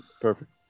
Perfect